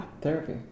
therapy